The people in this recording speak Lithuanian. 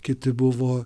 kiti buvo